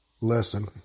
lesson